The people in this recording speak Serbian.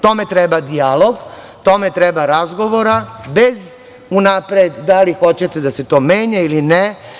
Tome treba dijalog, tome treba razgovora, bez unapred da li hoćete da se to menja ili ne.